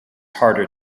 harder